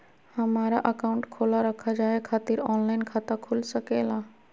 हमारा अकाउंट खोला रखा जाए खातिर ऑनलाइन खाता खुल सके ला?